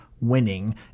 winning